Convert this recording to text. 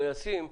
לא ישים,